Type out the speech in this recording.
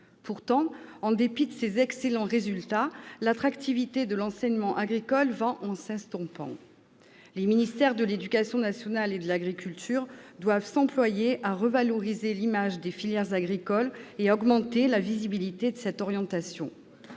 Pourtant, en dépit de ces excellents résultats, l'attractivité de l'enseignement agricole va s'estompant. Les ministères de l'éducation nationale et de l'agriculture doivent s'employer à revaloriser l'image des filières agricoles et à accroître la visibilité de cette orientation.